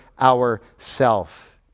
ourself